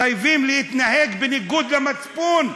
מחייבים להתנהג בניגוד למצפון,